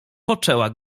poczęła